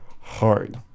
hard